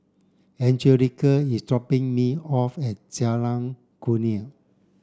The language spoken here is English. Angelica is dropping me off at Jalan Kurnia